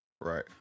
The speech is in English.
right